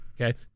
Okay